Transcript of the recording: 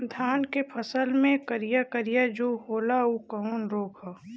धान के फसल मे करिया करिया जो होला ऊ कवन रोग ह?